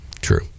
True